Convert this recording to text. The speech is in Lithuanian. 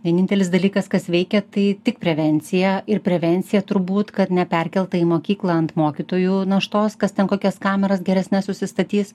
vienintelis dalykas kas veikia tai tik prevencija ir prevencija turbūt kad neperkelta į mokyklą ant mokytojų naštos kas ten kokias kameras geresnes susistatys